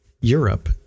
Europe